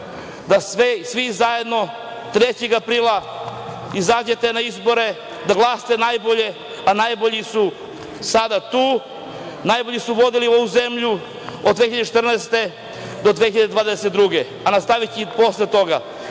da svi zajedno, 3. aprila izađemo na izbore, da glasamo najbolje, a najbolji su sada tu. Najbolji su vodili ovu zemlju od 2014. godine do 2022. godine i nastaviće i posle toga.